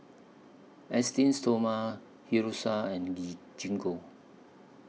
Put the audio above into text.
Esteem Stoma Hiruscar and Gingko